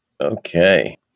Okay